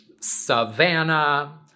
savannah